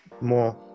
more